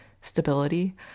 stability